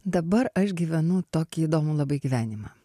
dabar aš gyvenu tokį įdomų labai gyvenimą